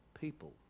people